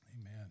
Amen